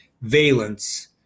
valence